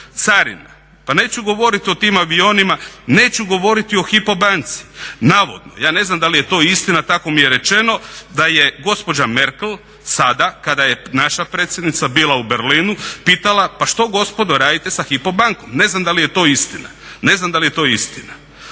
pa neću govoriti o tim avionima, neću govoriti o HYPO banci. Navodno, ja ne znam da li je to istina, tako mi je rečeno da je gospođa Merkel sada kada je naša predsjednica bila u Berlinu pitala pa što gospodo radite sa HYPO bankom? Ne znam da li je to istina, ne znam da li je to istina.